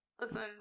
Listen